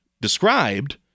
described